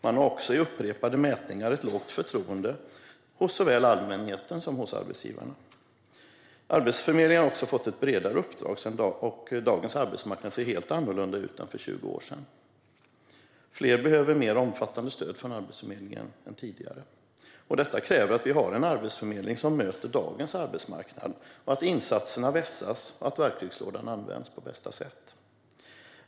Man har också i upprepade mätningar ett lågt förtroende såväl hos allmänheten som hos arbetsgivarna. Arbetsförmedlingen har också fått ett bredare uppdrag, och dagens arbetsmarknad ser helt annorlunda ut än för 20 år sedan. Fler behöver mer omfattande stöd från Arbetsförmedlingen än tidigare. Det kräver att vi har en arbetsförmedling som möter dagens arbetsmarknad, att insatserna vässas och att verktygslådan används på bästa sätt.